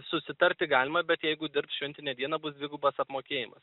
susitarti galima bet jeigu dirbs šventinę dieną bus dvigubas apmokėjimas